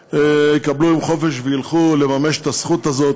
יקבלו יום חופשה וילכו לממש את הזכות הזאת,